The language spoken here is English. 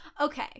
okay